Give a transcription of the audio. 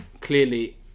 clearly